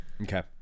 Okay